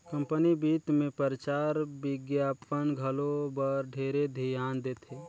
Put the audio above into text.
company बित मे परचार बिग्यापन घलो बर ढेरे धियान देथे